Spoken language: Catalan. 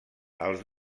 els